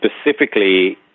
Specifically